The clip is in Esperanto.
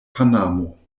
panamo